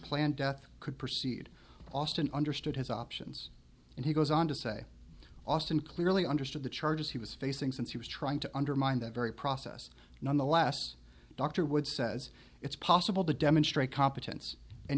planned death could proceed austin understood his options and he goes on to say austin clearly understood the charges he was facing since he was trying to undermine that very process nonetheless dr wood says it's possible to demonstrate competence and